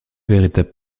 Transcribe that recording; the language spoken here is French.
véritable